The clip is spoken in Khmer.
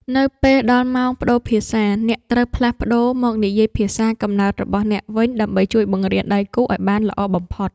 នៅពេលដល់ម៉ោងប្ដូរភាសា អ្នកត្រូវផ្លាស់ប្ដូរមកនិយាយភាសាកំណើតរបស់អ្នកវិញ ដើម្បីជួយបង្រៀនដៃគូឱ្យបានល្អបំផុត។